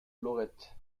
lorette